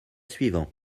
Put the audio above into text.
suivant